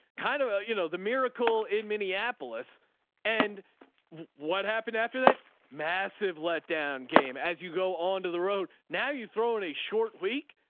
kind of a, you know, the miracle in minneapolis and what happened after that massive let down game. as you go on to the road. now you throw in a short week.